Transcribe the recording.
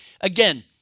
Again